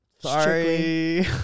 Sorry